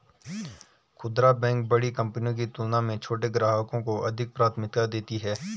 खूदरा बैंक बड़ी कंपनियों की तुलना में छोटे ग्राहकों को अधिक प्राथमिकता देती हैं